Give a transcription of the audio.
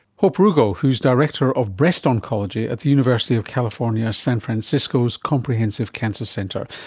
hope rugo who is director of breast oncology at the university of california san francisco's comprehensive cancer centre.